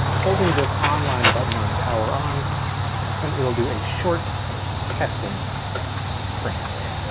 holding this online button on power on and it will do a short testing print.